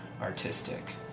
artistic